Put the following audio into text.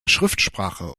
schriftsprache